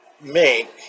make